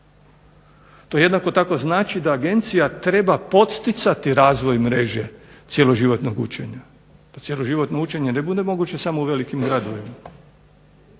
To jednako tako znači da agencija treba podsticati razvoj mreže cjeloživotnog učenja. Da cjeloživotno učenje ne bude moguće samo u velikim gradovima.